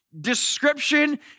description